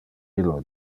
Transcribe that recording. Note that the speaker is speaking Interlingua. illo